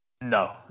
No